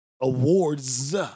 awards